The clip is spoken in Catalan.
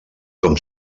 com